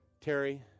Terry